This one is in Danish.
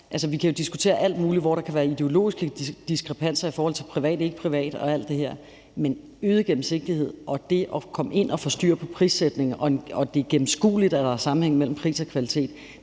vi kan jo diskutere alt muligt, hvor der kan være ideologiske diskrepanser i forhold til privat/ikkeprivat og alt det her. Men øget gennemsigtighed og det at komme ind at få styr på prissætningen, og at det er gennemskueligt, at der er sammenhæng imellem pris og kvalitet,